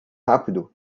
rápido